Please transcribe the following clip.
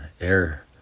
air